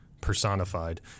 personified